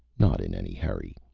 not in any hurry.